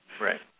Right